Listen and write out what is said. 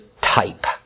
type